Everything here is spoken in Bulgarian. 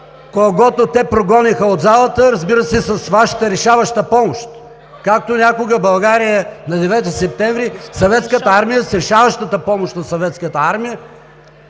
когото те прогониха от залата, разбира се, с Вашата решаваща помощ, както някога в България на 9-и септември с решаващата помощ на